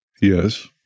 yes